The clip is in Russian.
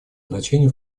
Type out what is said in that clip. значение